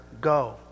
Go